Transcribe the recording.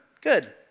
good